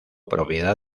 propiedad